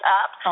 up